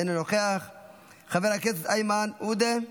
אינו נוכח; חבר הכנסת איימן עודה,